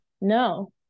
No